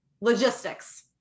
logistics